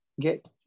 get